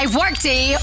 workday